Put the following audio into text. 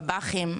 בבא"חים,